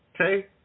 Okay